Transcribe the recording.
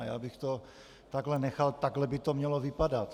Já bych to takhle nechal, takhle by to mělo vypadat.